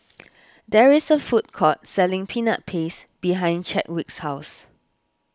there is a food court selling Peanut Paste behind Chadwick's house